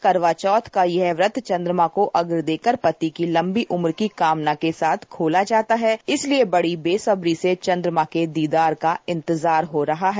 करवा चौथ का यह व्रत चन्द्रमा को अर्घ देकर पति की लम्बी उम्र की कामना के साथ खोला जाता है इसलिये बड़ी बेसब्री से चन्द्रमा के दीदार का इन्तजार हो रहा है